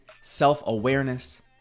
self-awareness